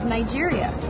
Nigeria